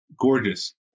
gorgeous